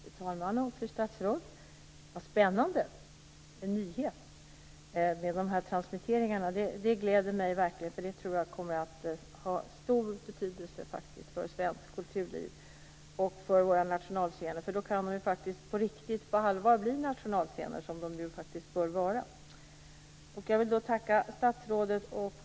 Fru talman! Fru statsråd! Vad spännande! Nyheten om transmitteringarna gläder mig verkligen. Jag tror att det kommer att ha stor betydelse för svenskt kulturliv och för våra nationalscener. Då kan de på allvar bli nationalscener, som de faktiskt bör vara. Jag vill tacka statsrådet.